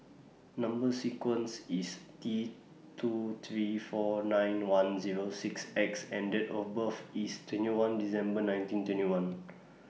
Number sequence IS T two three four nine one Zero six X and Date of birth IS twenty one December nineteen twenty one